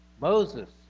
Moses